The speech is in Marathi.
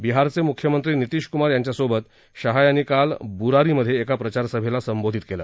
बिहारचे मुख्यमंत्री नितीश कुमार यांच्यासोबत शाह यांनी काल बुरारीमध्ये एका प्रचार सभेला संबोधित केलं